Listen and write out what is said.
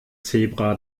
zebra